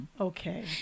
Okay